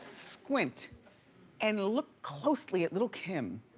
squint and look closely at lil' kim.